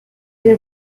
den